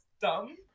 dumb